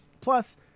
Plus